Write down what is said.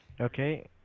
Okay